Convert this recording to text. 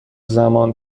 زمان